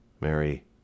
mary